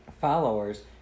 Followers